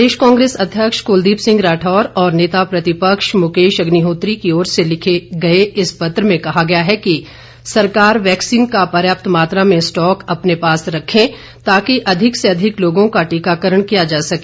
प्रदेश कांग्रेस अध्यक्ष कुलदीप सिंह राठौर और नेता प्रतिपक्ष मुकेश अग्निहोत्री की ओर से लिखे गए इस पत्र में कहा गया है कि सरकार वैक्सीन का पर्याप्त मात्रा में स्टॉक अपने पास रखें ताकि अधिक से अधिक लोगों का टीकाकरण किया जा सके